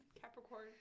Capricorn